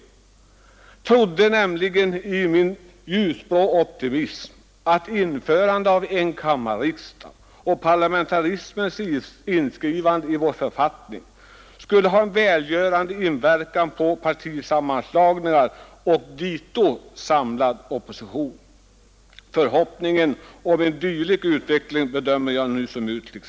I min ljusblå optimism trodde jag nämligen att införandet av enkammarriksdag och parlamentarismens inskrivande i vår författning skulle ha en välgörande inverkan på partisammanslagningar och dito samlad opposition. Förhoppningarna om en dylik utveckling bedömer jag nu som mycket små.